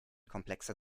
komplexer